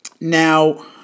Now